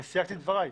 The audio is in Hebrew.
אני סייגתי את דבריי.